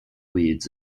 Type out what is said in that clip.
weeds